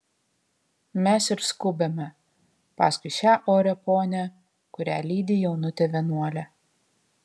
mes ir skubame paskui šią orią ponią kurią lydi jaunutė vienuolė